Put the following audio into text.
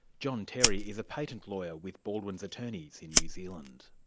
john terry is a patent lawyer with baldwin's attorneys in new zealand.